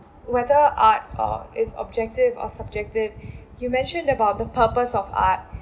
whether art or its objective or subjective you mentioned about the purpose of art